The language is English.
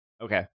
Okay